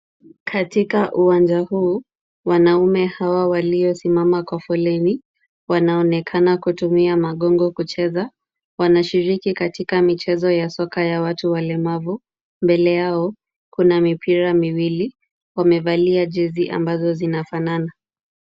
Katika uwanja huu, wanaume hawa waliosimama kwa foleni wanaonekana kutumia magongo kucheza. Wanashiriki katika michezo ya soka ya watu walemavu. Mbele yao kuna mipira miwili. Wamevalia jezi ambazo zinafanana.